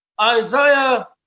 Isaiah